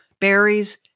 berries